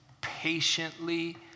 patiently